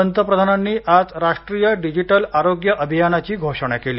पंतप्रधानांनी आज राष्ट्रीय डिजिटल आरोग्य अभियानाची घोषणा केली